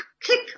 click